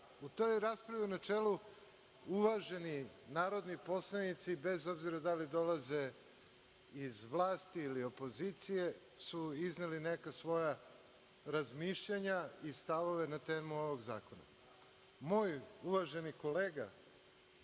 U toj raspravi u načelu uvaženi narodni poslanici, bez obzira da li dolaze iz vlasti ili opozicije, su izneli neka svoja razmišljanja i stavove na temu ovog zakona. Moj uvaženi kolega